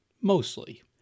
Mostly